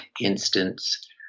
instance